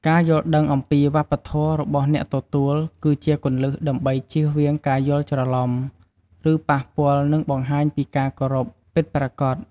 ការយល់ដឹងអំពីវប្បធម៌របស់អ្នកទទួល គឺជាគន្លឹះដើម្បីជៀសវាងការយល់ច្រឡំ ឬប៉ះពាល់ និងបង្ហាញពីការគោរពពិតប្រាកដ។